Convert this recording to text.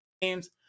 games